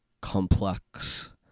complex